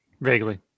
vaguely